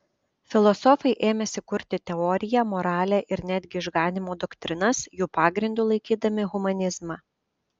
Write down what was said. filosofai ėmėsi kurti teoriją moralę ir netgi išganymo doktrinas jų pagrindu laikydami humanizmą